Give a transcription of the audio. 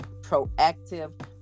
proactive